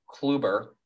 Kluber